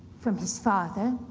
from his father,